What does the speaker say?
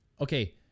Okay